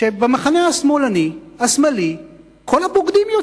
שמהמחנה השמאלי יוצאים כל הבוגדים.